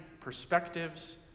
perspectives